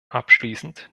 abschließend